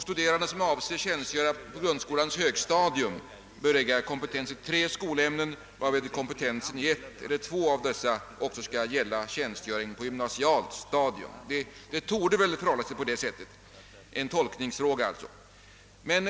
Studerande som avser tjänstgöra på grundskolans högstadium bör skaffa sig kompetens i tre skolämnen, varvid kompetensen i ett eller två av dessa också skall gälla tjänstgöring på gymnasialt stadium. Det torde väl förhålla sig på detta sätt — det är alltså en tolkningsfråga.